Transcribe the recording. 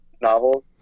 novel